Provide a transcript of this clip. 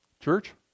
Church